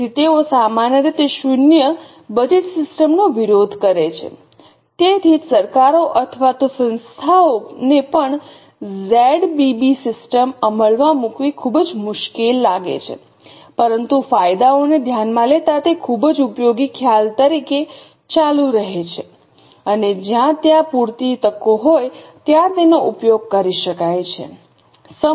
તેથી તેઓ સામાન્ય રીતે શૂન્ય બજેટ સિસ્ટમનો વિરોધ કરે છે તેથી જ સરકારો અથવા તો સંસ્થાઓને પણ ઝેડબીબી સિસ્ટમ અમલમાં મૂકવી ખૂબ જ મુશ્કેલ લાગે છે પરંતુ ફાયદાઓને ધ્યાનમાં લેતા તે ખૂબ જ ઉપયોગી ખ્યાલ તરીકે ચાલુ રહે છે અને જ્યાં ત્યાં પૂરતી તકો હોય ત્યાં તેનો ઉપયોગ કરી શકાય છે